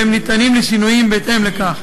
והם ניתנים לשינויים בהתאם לכך.